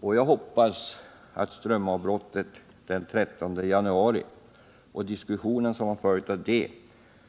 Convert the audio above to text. Jag hoppas att strömavbrottet den 13 januari och diskussionen som följt på det